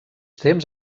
temps